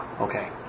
Okay